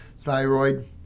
thyroid